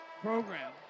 program